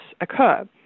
occur